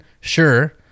sure